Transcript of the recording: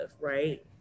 right